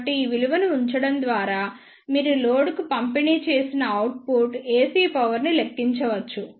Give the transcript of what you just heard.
కాబట్టి ఈ విలువలను ఉంచడం ద్వారా మీరు లోడ్కు పంపిణీ చేసిన అవుట్పుట్ AC పవర్ ని లెక్కించవచ్చు